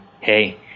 hey